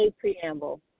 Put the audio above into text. Preamble